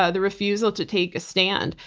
ah the refusal to take a stand.